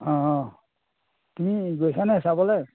অঁ তুমি গৈছা নে চাবলৈ